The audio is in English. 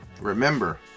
Remember